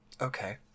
okay